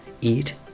eat